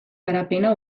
garapena